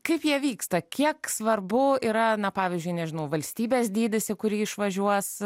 kaip jie vyksta kiek svarbu yra na pavyzdžiui nežinau valstybės dydis į kurį išvažiuos